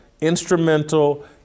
instrumental